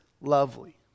lovely